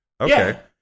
Okay